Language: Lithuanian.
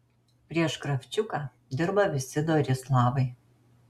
prieš kravčiuką dirba visi dori slavai